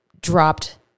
dropped